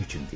କହିଛନ୍ତି